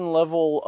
level